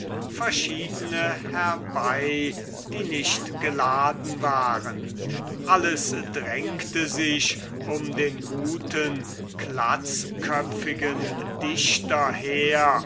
verschiedene herbei die nicht geladen waren alles drängte sich um den guten glatzköpfigen dichter her